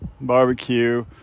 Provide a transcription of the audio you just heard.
barbecue